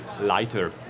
lighter